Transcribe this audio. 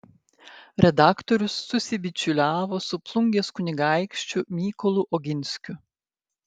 redaktorius susibičiuliavo su plungės kunigaikščiu mykolu oginskiu